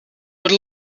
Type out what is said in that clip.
what